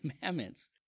Commandments